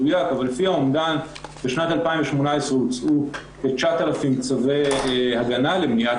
בשנת 2018 הוצאו כ-9,000 צווי הגנה למניעת